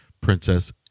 princess